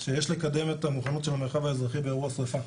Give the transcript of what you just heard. שיש לקדם את המוכנות של המרחב האזרחי באירוע שריפה.